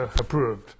approved